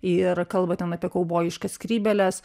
ir kalba ten apie kaubojiškas skrybėles